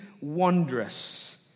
wondrous